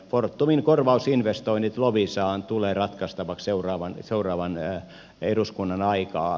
fortumin korvausinvestoinnit loviisaan tulevat ratkaistaviksi seuraavan eduskunnan aikaan